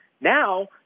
Now